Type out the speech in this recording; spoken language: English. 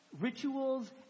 rituals